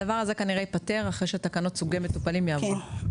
הדבר הזה כנראה ייפתר אחרי שתקנות סוגי המטופלים יעברו.